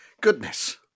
goodness